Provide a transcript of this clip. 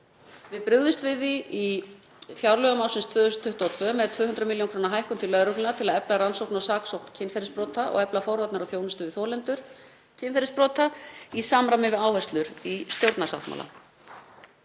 Við brugðumst við þessu í fjárlögum ársins 2022 með 200 millj. kr. hækkun til lögreglunnar til að efla rannsóknir og saksókn kynferðisbrota og efla forvarnir og þjónustu við þolendur kynferðisbrota í samræmi við áherslur í stjórnarsáttmála.